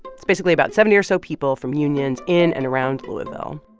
it's basically about seventy or so people from unions in and around louisville.